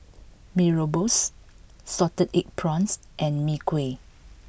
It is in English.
Mee Rebus Salted Egg Prawns and Mee Kuah